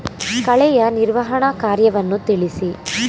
ಕಳೆಯ ನಿರ್ವಹಣಾ ಕಾರ್ಯವನ್ನು ತಿಳಿಸಿ?